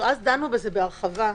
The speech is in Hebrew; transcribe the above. אז דנו בזה בהרחבה.